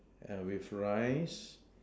ah with rice